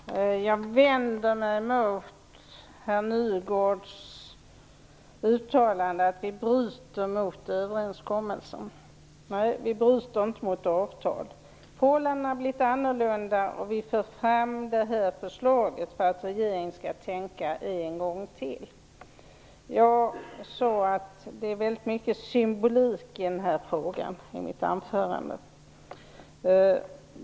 Fru talman! Jag vänder mig mot herr Nygårds uttalande att vi bryter mot överenskommelsen. Nej, vi bryter inte mot avtal. Men förhållandena har blivit litet annorlunda, och vi för fram förslaget för att regeringen skall tänka en gång till. Jag sade i mitt anförande att det är väldigt mycket symbolik i denna fråga.